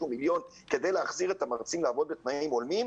מיליון כדי להחזיר את המרצים לעבוד בתנאים הולמים?